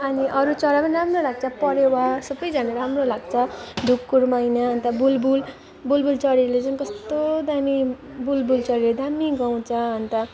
अनि अरू चरा पनि राम्रो लाग्छ परेवा सबैजना राम्रो लाग्छ ढुकुर मैना अन्त बुलबुल बुलबुल चरीले चाहिँ कस्तो दामी बुलबुल चरीले दामी गाउँछ अन्त